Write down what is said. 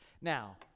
Now